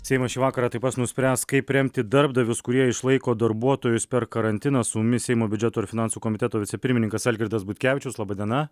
seimas šį vakarą taip pat nuspręs kaip remti darbdavius kurie išlaiko darbuotojus per karantiną su mumis seimo biudžeto ir finansų komiteto vicepirmininkas algirdas butkevičius laba diena